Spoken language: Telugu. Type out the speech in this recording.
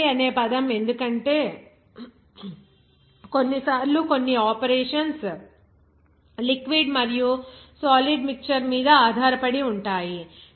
స్లర్రీ అనే పదం ఎందుకంటే కొన్నిసార్లు కొన్ని ఆపరేషన్స్ లిక్విడ్ మరియు సాలిడ్ మిక్చర్ మీద ఆధారపడి ఉంటాయి